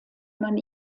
man